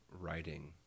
writing